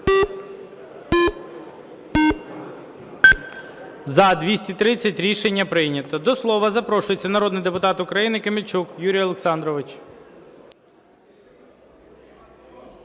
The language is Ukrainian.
За-230 Рішення прийнято. До слова запрошується народний депутат України Камельчук Юрій Олександрович.